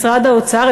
משרד האוצר,